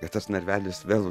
ir tas narvelis vėl